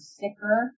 sicker